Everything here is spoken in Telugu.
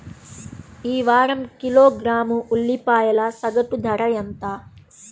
ఈ వారం కిలోగ్రాము ఉల్లిపాయల సగటు ధర ఎంత?